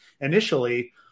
initially